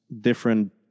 different